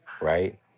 right